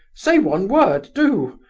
say one word, do!